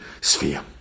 sphere